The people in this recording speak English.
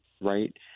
right –